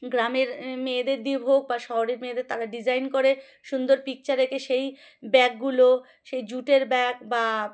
গ্রামের মেয়েদের দিয়ে হোক বা শহরের মেয়েদের তারা ডিজাইন করে সুন্দর পিকচার রেখে সেই ব্যাগগুলো সেই জুটের ব্যাগ বা